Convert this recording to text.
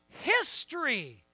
history